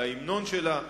על ההמנון שלה,